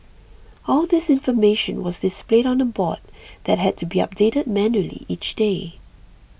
all this information was displayed on a board that had to be updated manually each day